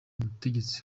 umutegetsi